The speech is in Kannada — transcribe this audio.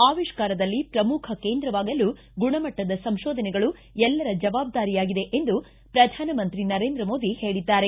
ಆವಿಷ್ಕಾರದಲ್ಲಿ ಶ್ರಮುಖ ಕೇಂದ್ರವಾಗಲು ಗುಣಮಟ್ಟದ ಸಂತೋಧನೆಗಳು ಎಲ್ಲರ ಜವಾಬ್ದಾರಿಯಾಗಿದೆ ಎಂದು ಶ್ರಧಾನಮಂತ್ರಿ ನರೇಂದ್ರ ಮೋದಿ ಹೇಳಿದ್ದಾರೆ